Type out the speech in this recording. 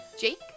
jake